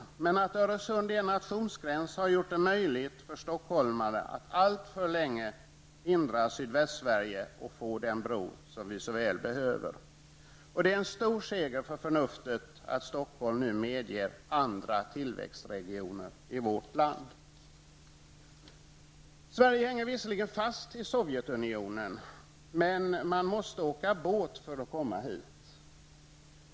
Det faktum att Öresund är en nationsgräns har dock gjort det möjligt för stockholmare att alltför länge hindra Sydvästsverige från att få den bro som man så väl behöver. Det är en stor seger för förnuftet att man i Stockholm nu medger även andra tillväxtregioner i vårt land. Sverige hänger visserligen geografiskt fast i Sovjetunionen, men man måste åka båt för att komma hit.